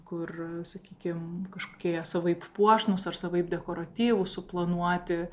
kur sakykim kažkokie jie savaip puošnūs ar savaip dekoratyvūs suplanuoti